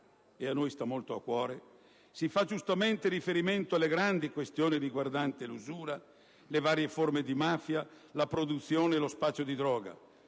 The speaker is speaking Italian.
che a noi sta molto a cuore - si fa giustamente riferimento alle grandi questioni riguardanti l'usura, le varie forme di mafia, la produzione e lo spaccio di droga.